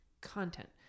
content